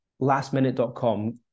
lastminute.com